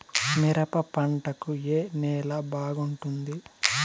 మిరప పంట కు ఏ నేల బాగుంటుంది?